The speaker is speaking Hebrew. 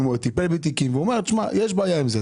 הוא טיפל בתיקים והוא אומר שיש בעיה עם זה.